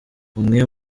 umwe